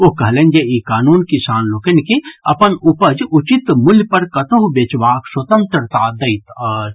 ओ कहलनि जे ई कानून किसान लोकनि के अपन उपज उचित मूल्य पर कतहुं बेचबाक स्वतंत्रता दैत अछि